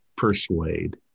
persuade